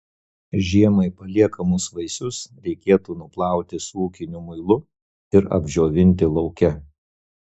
žiemai paliekamus vaisius reikėtų nuplauti su ūkiniu muilu ir apdžiovinti lauke